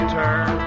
turn